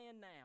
now